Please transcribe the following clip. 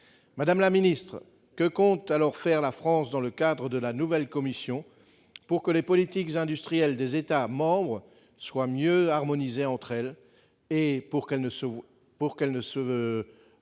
Madame la secrétaire d'État, que compte faire la France dans le cadre de la nouvelle Commission pour que les politiques industrielles des États membres soient mieux harmonisées entre elles et que l'on ne leur oppose plus